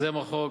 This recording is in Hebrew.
יוזם החוק,